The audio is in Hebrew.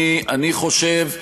אני חושב,